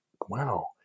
Wow